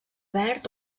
verd